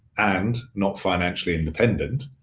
and not financially independent,